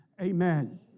Amen